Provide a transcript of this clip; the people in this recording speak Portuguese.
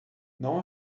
não